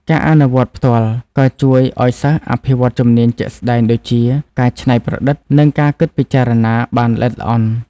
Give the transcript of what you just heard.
ការអនុវត្តផ្ទាល់ក៏ជួយឱ្យសិស្សអភិវឌ្ឍជំនាញជាក់ស្តែងដូចជា ការច្នៃប្រឌិត និងការគិតពិចារណាបានល្អិតល្អន់។